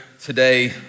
today